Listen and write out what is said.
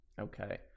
Okay